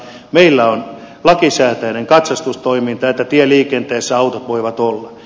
meillä on lakisääteinen katsastustoiminta että tieliikenteessä autot voivat olla